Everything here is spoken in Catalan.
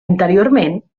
interiorment